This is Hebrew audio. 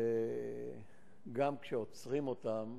שגם כשעוצרים אותם